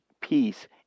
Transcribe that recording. peace